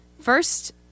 first